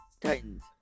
Titans